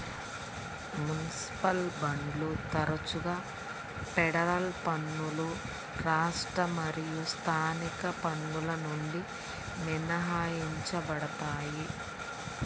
municipal బాండ్లు తరచుగా federal పన్నులు రాష్ట్ర మరియు స్థానిక పన్నుల నుండి మినహాయించబడతాయి